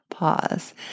pause